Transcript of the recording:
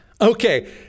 Okay